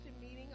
meeting